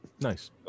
nice